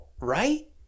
right